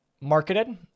marketed